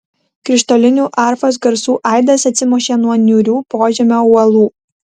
krištolinių arfos garsų aidas atsimušė nuo niūrių požemio uolų